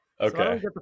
okay